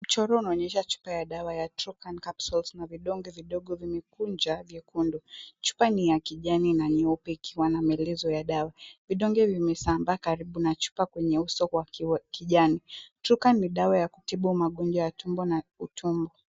Mchoro unaonyesha chupa ya dawa ya Truecan capsules na vidonge vidogo vimekunja vyekundu . Chupa ni ya kijani na nyeupe ikiwa na maelezo ya dawa. Vidonge vimesambaa karibu na chupa kwenye uso wake wa kijani. Truecan ni dawa ya kutibu magonjwa ya tumbo na utombo.